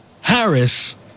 Harris